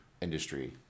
industry